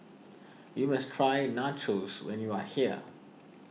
you must try Nachos when you are here